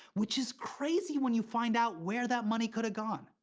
which is crazy when you find out where that money could've gone.